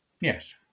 Yes